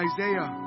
Isaiah